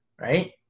right